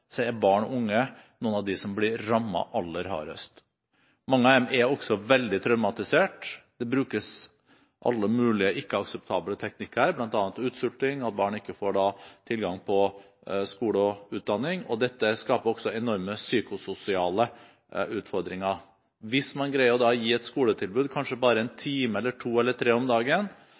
så langt, er barn og unge noen av dem som blir rammet aller hardest. Mange av dem er også veldig traumatisert. Det brukes alle mulige ikke-akseptable teknikker, bl.a. utsulting, at barn ikke får tilgang på skole og utdanning, og dette skaper også enorme psykososiale utfordringer. Hvis man greier å gi et skoletilbud, kanskje bare en time eller